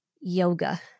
yoga